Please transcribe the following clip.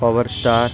power star